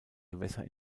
gewässer